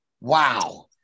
Wow